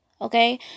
Okay